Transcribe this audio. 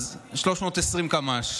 320 קמ"ש.